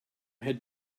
had